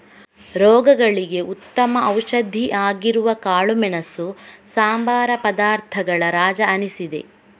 ರೋಗಗಳಿಗೆ ಉತ್ತಮ ಔಷಧಿ ಆಗಿರುವ ಕಾಳುಮೆಣಸು ಸಂಬಾರ ಪದಾರ್ಥಗಳ ರಾಜ ಅನಿಸಿದೆ